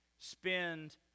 spend